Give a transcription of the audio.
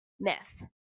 myth